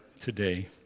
today